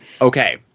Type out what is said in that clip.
Okay